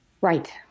Right